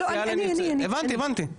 הבנתי הבנתי,